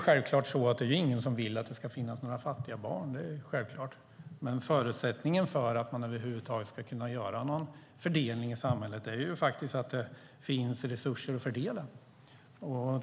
Självklart vill ingen att det ska finnas fattiga barn. Det är självklart. Förutsättningen för att över huvud taget kunna göra en fördelning i samhället är dock att det finns resurser att fördela.